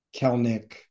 Kelnick